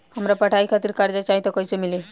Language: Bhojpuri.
हमरा पढ़ाई खातिर कर्जा चाही त कैसे मिली?